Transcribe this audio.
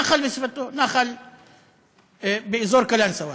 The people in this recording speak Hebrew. נחל וסביבתו, נחל באזור קלנסואה.